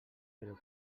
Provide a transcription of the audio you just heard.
però